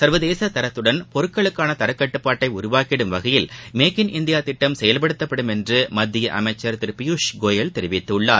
சர்வதேச தரத்துடன் பொருள்களுக்கான தரக் கட்டுப்பாட்டை உருவாக்கிடும் வகையில் மேக் இன் இந்தியா திட்டம் செயல்படுத்தப்படும் என்று மத்திய அமைச்சர் திரு பியூஷ் கோயல் தெரிவித்துள்ளார்